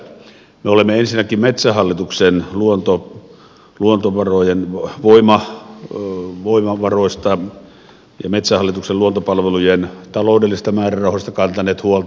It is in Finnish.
me olemme ensinnäkin metsähallituksen luontovarojen voimavaroista ja metsähallituksen luontopalvelujen taloudellisista määrärahoista kantaneet huolta